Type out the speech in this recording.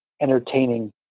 entertaining